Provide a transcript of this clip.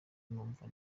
numva